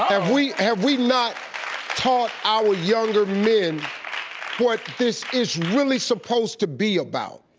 have we have we not taught our younger men what this is really supposed to be about?